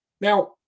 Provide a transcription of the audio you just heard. Now